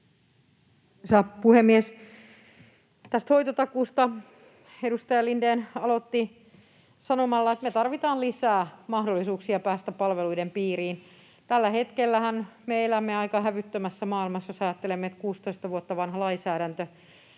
Tästä hoitotakuusta: Edustaja Lindén aloitti sanomalla, että me tarvitaan lisää mahdollisuuksia päästä palveluiden piiriin. Tällä hetkellähän me elämme aika hävyttömässä maailmassa, jos ajattelemme, että on 16 vuotta vanha lainsäädäntö,